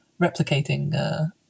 replicating